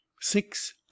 six